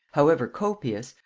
however copious,